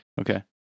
Okay